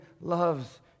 loves